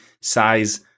size